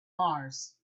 mars